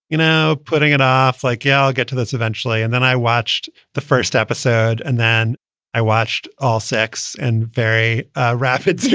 you know, putting it off like y'all get to this eventually. and then i watched the first episode and then i watched all sex and very rapid so